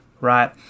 right